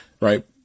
right